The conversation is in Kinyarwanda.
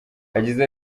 yagize